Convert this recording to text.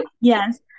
yes